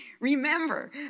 remember